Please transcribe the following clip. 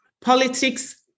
Politics